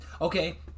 Okay